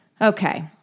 Okay